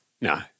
no